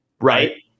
Right